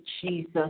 Jesus